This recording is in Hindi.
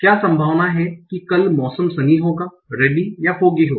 क्या संभावना है कि कल मौसम सनी होगा रैनी या फोगी होगा